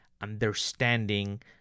understanding